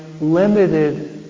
limited